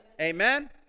Amen